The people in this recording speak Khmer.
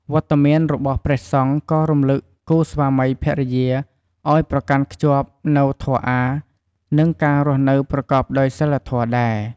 វត្តមានរបស់ព្រះសង្ឃក៏រំលឹកគូស្វាមីភរិយាឲ្យប្រកាន់ខ្ជាប់នូវធម៌អាថ៌ និងការរស់នៅប្រកបដោយសីលធម៌ដែរ។